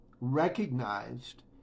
recognized